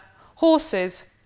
horses